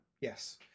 Yes